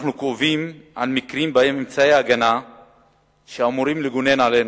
אנחנו כואבים על מקרים שבהם אמצעי הגנה שאמורים לגונן עלינו,